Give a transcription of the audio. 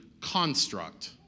construct